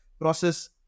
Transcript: process